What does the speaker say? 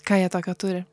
ką jie tokio turi